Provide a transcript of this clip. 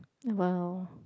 !wow!